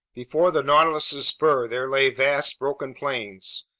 before the nautilus's spur there lay vast broken plains,